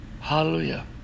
Hallelujah